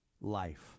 life